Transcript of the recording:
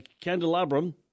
candelabrum